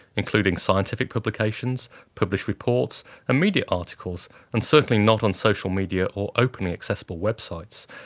including scientific publications, published reports and media articles, and certainly not on social media or openly accessible web sites.